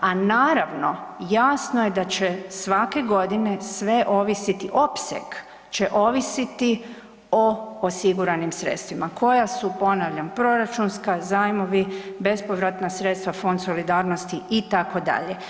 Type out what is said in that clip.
A naravno jasno je da će svake godine sve ovisiti opseg će ovisiti o osiguranim sredstvima koja su ponavljam, proračunska, zajmovi, bespovratna sredstva, Fond solidarnosti itd.